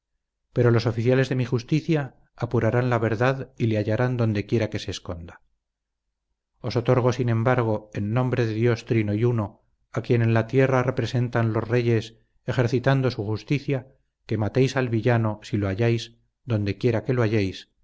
pero los oficiales de mi justicia apurarán la verdad y le hallarán donde quiera que se esconda os otorgo sin embargo en nombre de dios trino y uno a quien en la tierra representan los reyes ejercitando su justicia que matéis al villano si lo halláis donde quiera que lo halléis